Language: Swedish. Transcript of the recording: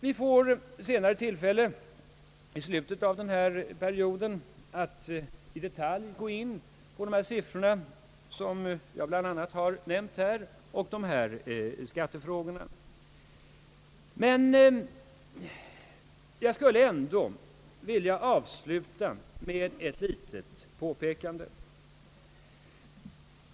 Vi får tillfälle att i slutet av den här perioden i detalj gå in på de siffror som jag omnämnt här och på dessa skattefrågor, men jag skulle ändå vilja avsluta mitt anförande med ett litet påpekande.